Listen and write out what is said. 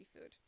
food